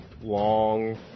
long